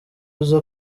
uza